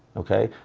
okay?